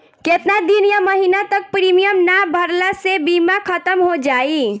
केतना दिन या महीना तक प्रीमियम ना भरला से बीमा ख़तम हो जायी?